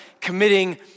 committing